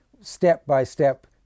step-by-step